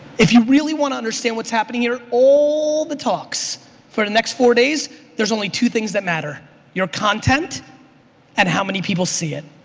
if you really want to understand what's happening here all the talks for the next four days there's only two things that matter your content and how many people see it.